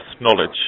knowledge